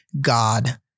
God